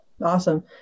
Awesome